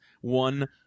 One